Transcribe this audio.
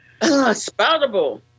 Spoutable